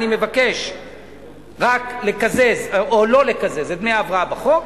אני מבקש רק לא לקזז את דמי ההבראה בחוק,